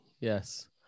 Yes